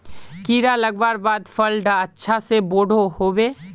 कीड़ा लगवार बाद फल डा अच्छा से बोठो होबे?